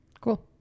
cool